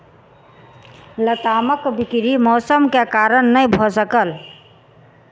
लतामक बिक्री मौसम के कारण नै भअ सकल